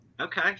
okay